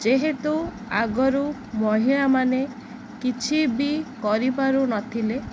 ଯେହେତୁ ଆଗରୁ ମହିଳାମାନେ କିଛି ବି କରିପାରୁ ନଥିଲେ